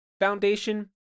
foundation